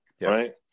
right